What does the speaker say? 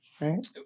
right